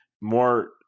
more